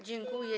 Dziękuję.